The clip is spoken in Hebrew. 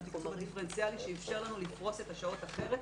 יש לנו תקצוב דיפרנציאלי שאפשר לנו לפרוס את השעות אחרת